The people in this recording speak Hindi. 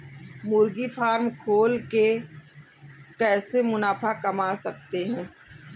मुर्गी फार्म खोल के कैसे मुनाफा कमा सकते हैं?